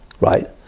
right